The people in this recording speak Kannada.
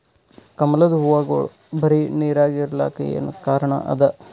ಕಮಲದ ಹೂವಾಗೋಳ ಬರೀ ನೀರಾಗ ಇರಲಾಕ ಏನ ಕಾರಣ ಅದಾ?